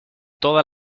todas